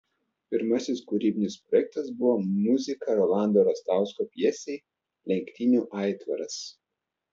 pirmasis kūrybinis projektas buvo muzika rolando rastausko pjesei lenktynių aitvaras